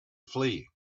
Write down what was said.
flee